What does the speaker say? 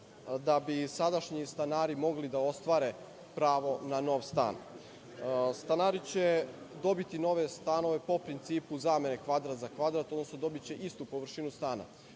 da bi sadašnji stanari mogli da ostvare pravo na nov stan. Stanari će dobiti nove stanove po principu zamene kvadrat za kvadrat, odnosno dobiće istu površinu stana.